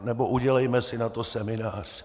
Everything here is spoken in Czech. Nebo udělejme si na to seminář.